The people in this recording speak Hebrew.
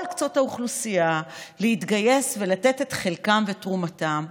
קצות האוכלוסייה להתגייס ולתת את חלקם ותרומתם,